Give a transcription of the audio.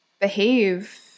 behave